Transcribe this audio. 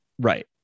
Right